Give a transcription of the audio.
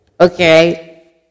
okay